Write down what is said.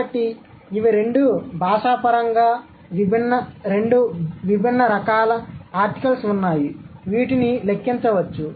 కాబట్టి ఇవి రెండు భాషాపరంగా రెండు విభిన్న రకాల ఆర్టికల్స్ ఉన్నాయి వీటిని లెక్కించవచ్చు